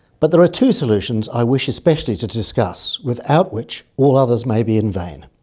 but there are two solutions i wish especially to discuss, without which all others may be in vain.